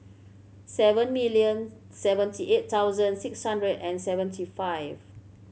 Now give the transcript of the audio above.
seven million seventy eight thousand six hundred and seventy five